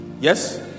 yes